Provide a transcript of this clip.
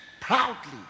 proudly